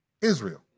Israel